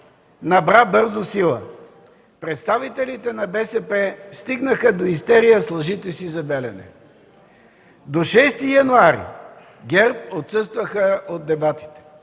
набра бързо сила. Представителите на БСП стигнаха до истерия с лъжите си за „Белене”. До 6 януари ГЕРБ отсъстваха от дебатите.